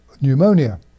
pneumonia